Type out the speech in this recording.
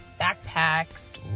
backpacks